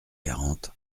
quarante